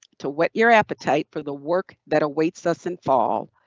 to whet your appetite for the work that awaits us in fall.